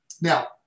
Now